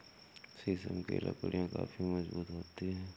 शीशम की लकड़ियाँ काफी मजबूत होती हैं